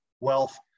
wealth